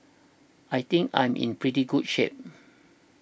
I think I'm in pretty good shape